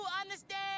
understand